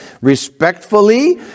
respectfully